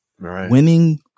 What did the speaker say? Winning